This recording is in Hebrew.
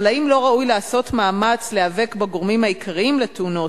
אבל האם לא ראוי לעשות מאמץ להיאבק בגורמים העיקריים בתאונות,